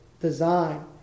design